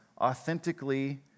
authentically